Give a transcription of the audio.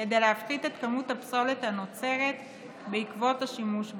כדי להפחית את כמות הפסולת הנוצרת בעקבות השימוש בהן.